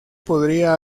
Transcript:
podría